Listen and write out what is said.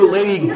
Lady